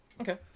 Okay